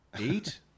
Eight